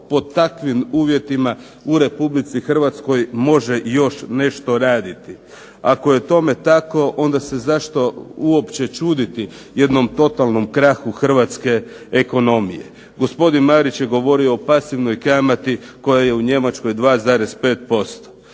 pod takvim uvjetima u RH može još nešto raditi? Ako je tome tako onda se zašto uopće čuditi jednom totalnom krahu hrvatske ekonomije. Gospodin Marić je govorio o pasivnoj kamati koja je u Njemačkoj 2,5%.